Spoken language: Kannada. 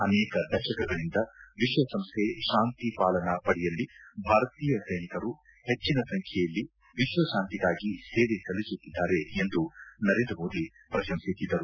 ಅನೇಕ ದಶಕಗಳಿಂದ ವಿಶ್ವಸಂಸ್ಥೆ ಶಾಂತಿ ಪಾಲನಾ ಪಡೆಯಲ್ಲಿ ಭಾರತೀಯ ಸೈನಿಕರು ಹೆಚ್ಚಿನ ಸಂಖ್ಯೆಯಲ್ಲಿ ವಿಶ್ವತಾಂತಿಗಾಗಿ ಸೇವೆ ಸಲ್ಲಿಸುತ್ತಿದ್ದಾರೆ ಎಂದು ನರೇಂದ್ರ ಮೋದಿ ಪ್ರಶಂಸಿಸಿದರು